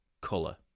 colour